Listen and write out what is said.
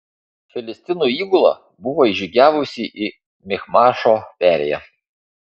filistinų įgula buvo įžygiavusi į michmašo perėją